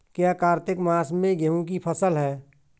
क्या कार्तिक मास में गेहु की फ़सल है?